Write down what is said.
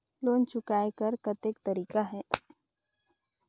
Loan चुकाय कर कतेक तरीका है?